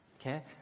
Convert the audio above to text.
Okay